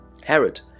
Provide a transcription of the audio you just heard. Herod